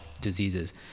diseases